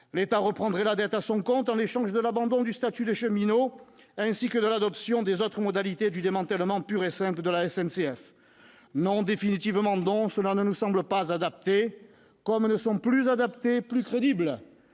L'État reprendrait la dette à son compte en échange de l'abandon du statut de cheminot et de l'adoption des autres modalités du démantèlement pur et simple de la SNCF. Non, définitivement non, cela ne nous semble pas adapté, comme ne sont plus adaptés ni plus crédibles